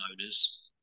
owners